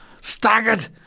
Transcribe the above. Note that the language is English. Staggered